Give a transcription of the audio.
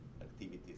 activities